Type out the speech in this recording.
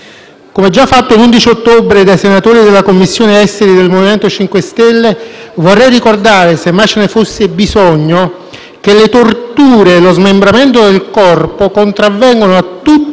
Come già fatto l'11 ottobre dai senatori della Commissione esteri del MoVimento 5 Stelle, vorrei ricordare, semmai ce ne fosse bisogno, che le torture e lo smembramento del corpo contravvengono a tutte